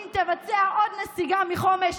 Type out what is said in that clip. אם תבצע עוד נסיגה מחומש,